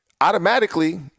automatically